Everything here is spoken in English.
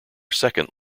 second